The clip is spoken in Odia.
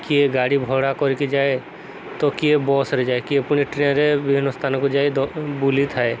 କିଏ ଗାଡ଼ି ଭଡ଼ା କରିକି ଯାଏ ତ କିଏ ବସ୍ରେ ଯାଏ କିଏ ପୁଣି ଟ୍ରେନ୍ରେ ବିଭିନ୍ନ ସ୍ଥାନକୁ ଯାଇ ବୁଲିଥାଏ